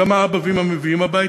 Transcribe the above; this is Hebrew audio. כמה אבא ואימא מביאים הביתה,